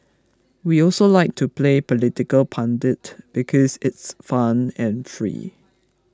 we also like to play political pundit because it's fun and free